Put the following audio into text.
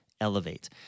elevate